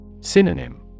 Synonym